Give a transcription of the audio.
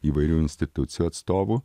įvairių institucijų atstovų